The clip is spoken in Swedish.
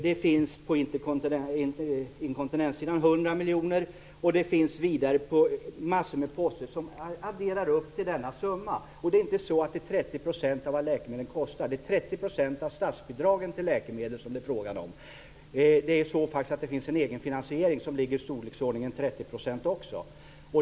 På inkontinenssidan finns det 100 miljoner. Det finns vidare massor av poster som adderar upp till denna summa. Det är inte så att det är 30 % av vad läkemedlen kostar. Det är 30 % av statsbidragen till läkemedel som det är frågan om. Det finns en egenfinansiering som också ligger i storleksordningen 30 %.